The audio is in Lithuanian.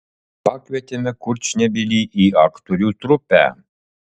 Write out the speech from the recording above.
pakvietėme kurčnebylį į aktorių trupę